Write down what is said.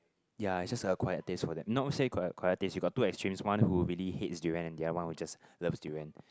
ya it's just a acquired taste for them not say quiet quiet taste we got two extremes one who really hates durian and the other one who just love durian